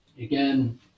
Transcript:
again